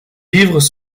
livres